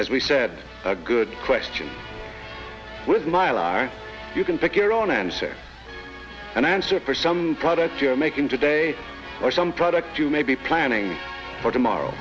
as we said a good question with mylar you can pick your own answer and answer for some product you're making today or some product you may be planning for tomorrow